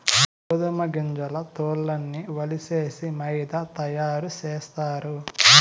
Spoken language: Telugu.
గోదుమ గింజల తోల్లన్నీ ఒలిసేసి మైదా తయారు సేస్తారు